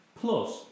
Plus